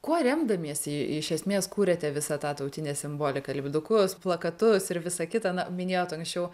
kuo remdamiesi iš esmės kūrėte visą tą tautinę simboliką lipdukus plakatus ir visa kita na minėjot anksčiau